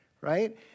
right